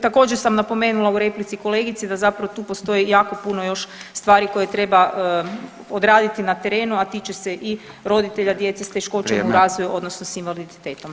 Također sam napomenula u replici kolegici da zapravo tu postoje jako puno još stvari koje treba odraditi na terenu, a tiče se i roditelja djece [[Upadica Radin: Vrijeme.]] s teškoćama u razvoju odnosno s invaliditetom.